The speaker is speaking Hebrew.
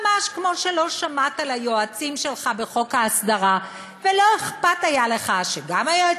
ממש כמו שלא שמעת ליועצים שלך בחוק ההסדרה ולא אכפת היה לך שגם היועץ